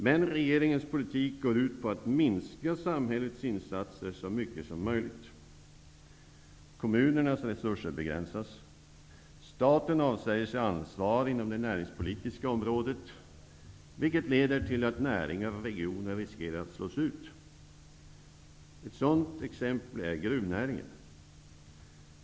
Men regeringens politik går ut på att minska samhällets insatser så mycket som möjligt. Kommunernas resurser begränsas. Staten avsäger sig ansvar inom det näringspolitiska området, vilket leder till att näringar och regioner riskerar att slås ut. Ett sådant exempel är gruvnäringen.